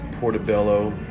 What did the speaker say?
portobello